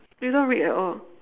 you don't read at all